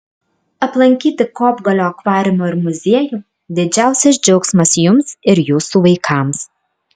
aplankyti kopgalio akvariumą ir muziejų didžiausias džiaugsmas jums ir jūsų vaikams